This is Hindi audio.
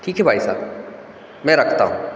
ठीक है भाई साहब मैं रखता हूँ